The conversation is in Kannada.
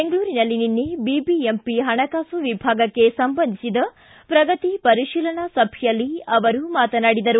ಬೆಂಗಳೂರಿನಲ್ಲಿ ನಿನ್ನೆ ಬಿಬಿಎಂಪಿ ಹಣಕಾಸು ವಿಭಾಗಕ್ಕೆ ಸಂಬಂಧಿಸಿದ ಪ್ರಗತಿ ಪರಿಶೀಲನಾ ಸಭೆಯಲ್ಲಿ ಅವರು ಮಾತನಾಡಿದರು